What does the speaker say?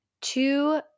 two